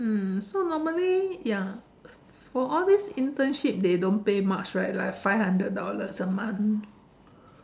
mm so normally ya for all this internship they don't pay much right like five hundred dollars a month